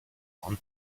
one